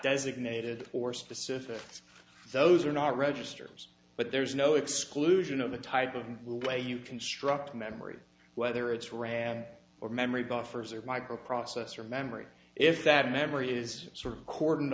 designated for specific those are not registers but there is no exclusion of the type of way you construct memory whether it's read or memory buffers or microprocessor memory if that memory is sort of cordoned